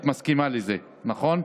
את מסכימה לזה, נכון?